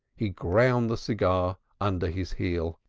he ground the cigar under his heel.